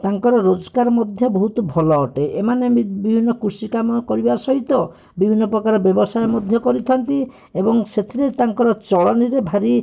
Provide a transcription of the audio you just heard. ତାଙ୍କର ରୋଜଗାର ମଧ୍ୟ ବହୁତ ଭଲ ଅଟେ ଏମାନେ ବିଭିନ୍ନ କୃଷି କାମକରିବା ସହିତ ବିଭିନ୍ନ ପ୍ରକାର ବ୍ୟବସାୟ ମଧ୍ୟ କରିଥାନ୍ତି ଏବଂ ସେଥିରେ ତାଙ୍କର ଚଳନିରେ ଭାରି